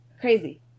Crazy